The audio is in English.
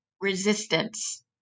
Resistance